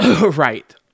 Right